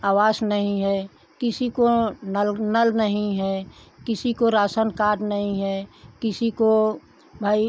आवास नहीं है किसी को नल नल नहीं है किसी को राशन कार्ड नहीं है किसी को भाई